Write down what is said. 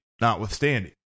notwithstanding